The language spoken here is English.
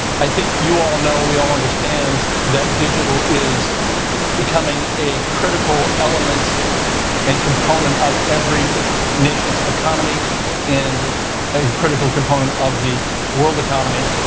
i think you all know we all understand that digital is becoming a critical element and component of every nation's economy and a critical component of the world economy.